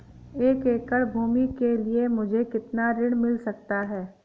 एक एकड़ भूमि के लिए मुझे कितना ऋण मिल सकता है?